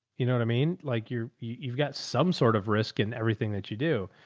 you know what i mean? like you're, you've got some sort of risk in everything that you do.